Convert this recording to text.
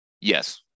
yes